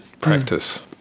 practice